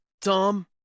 Tom